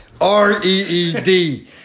R-E-E-D